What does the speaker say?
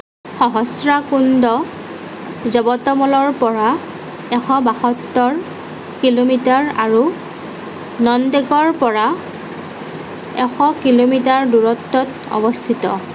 সহস্ৰাকুণ্ড যৱতমলৰ পৰা এশ বাসত্তৰ কিলোমিটাৰ আৰু নন্দেদৰ পৰা এশ কিলোমিটাৰ দূৰত্বত অৱস্থিত